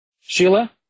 Sheila